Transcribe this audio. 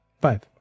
Five